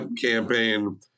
campaign